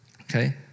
okay